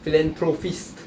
philanthropist